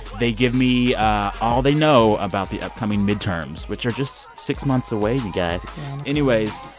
they give me all they know about the upcoming midterms, which are just six months away, you guys anyways,